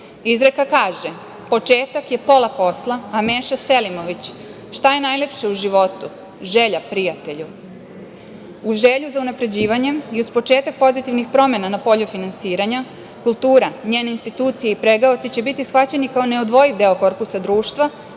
mesto. Izreka kaže: „Početak je pola posla“, a Meša Selimović: „Šta je najlepše u životu? Želja, prijatelju“. U želji za unapređivanjem i uz početak pozitivnih promena na polju finansiranja kultura, njene institucije i pregaoci će biti shvaćeni kao neodvojiv deo korpusa društva,